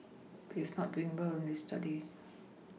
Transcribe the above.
but he's not doing well in his Studies